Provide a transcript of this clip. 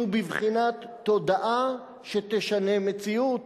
שהוא בבחינת תודעה שתשנה מציאות,